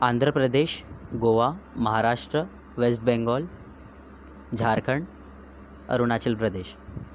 Andhra Pradesh Goa Maharashtra west Bengal Jharkhand Arunachal Pradesh